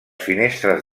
finestres